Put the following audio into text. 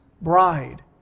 bride